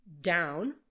down